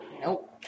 Nope